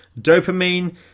Dopamine